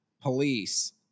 police